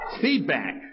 feedback